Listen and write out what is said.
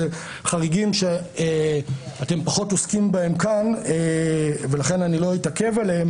אלה חריגים שאתם פחות עוסקים בהם כאן ולכן אני לא אתעכב עליהם.